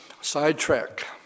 sidetrack